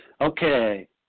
Okay